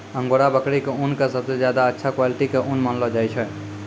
angora बकरी के ऊन कॅ सबसॅ ज्यादा अच्छा क्वालिटी के ऊन मानलो जाय छै